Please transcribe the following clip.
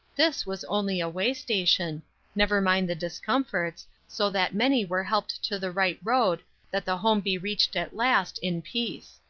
this was only a way station never mind the discomforts, so that many were helped to the right road that the home be reached at last, in peace.